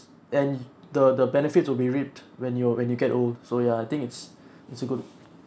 and the the benefits will be reaped when you when you get old so ya I think it's it's good